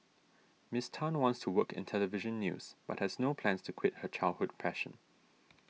Miss Tan wants to work in Television News but has no plans to quit her childhood passion